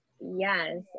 Yes